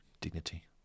dignity